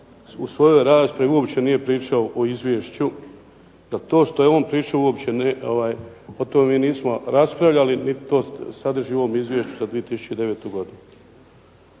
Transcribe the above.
u svojoj raspravi uopće nije pričao o izvješću, da to što je on pričao uopće, o tome mi nismo raspravljali, niti to sadrži u ovom izvješću za 2009. godinu.